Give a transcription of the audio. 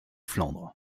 flandres